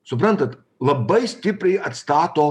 suprantat labai stipriai atstato